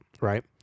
Right